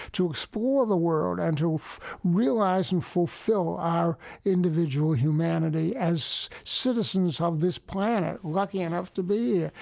to explore the world and to realize and fulfill our individual humanity as citizens of this planet lucky enough to be here,